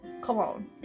cologne